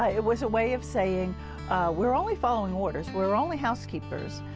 ah it was a way of saying we're only following orders, we're only housekeepers,